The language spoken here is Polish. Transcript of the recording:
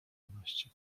dwanaście